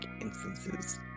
instances